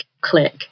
click